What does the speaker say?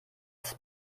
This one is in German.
stadt